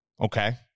Okay